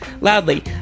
loudly